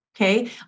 Okay